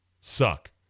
suck